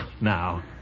Now